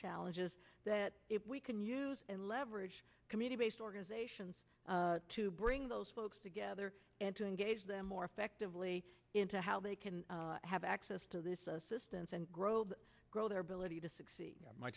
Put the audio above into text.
challenges that we can use and leverage community based organizations to bring those folks together and to engage them more effectively into how they can have access to this assistance and grow grow their ability to succeed